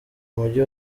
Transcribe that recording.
umujyi